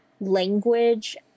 language